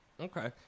Okay